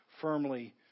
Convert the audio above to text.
firmly